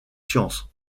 sciences